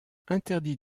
interdits